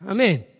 Amen